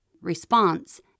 response